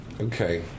Okay